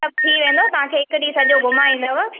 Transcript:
सभु थी वेंदो तव्हांखे हिक ॾींहुं सॼो घुमाए ईंदव